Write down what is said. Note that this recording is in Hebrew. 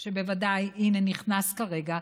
הינה, הוא נכנס כרגע,